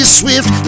swift